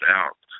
out